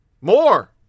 More